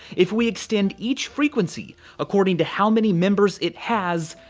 if we extend each frequency according to how many members it has,